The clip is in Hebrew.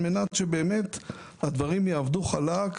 על מנת שהדברים יעבדו חלק,